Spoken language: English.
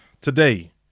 today